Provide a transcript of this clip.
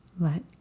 Let